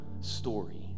story